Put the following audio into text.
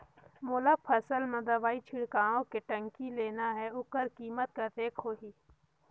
मोला फसल मां दवाई छिड़काव के टंकी लेना हे ओकर कीमत कतेक होही?